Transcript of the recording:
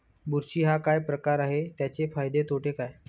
बुरशी हा काय प्रकार आहे, त्याचे फायदे तोटे काय?